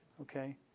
Okay